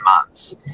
months